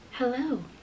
Hello